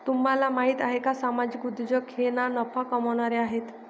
तुम्हाला माहिती आहे का सामाजिक उद्योजक हे ना नफा कमावणारे आहेत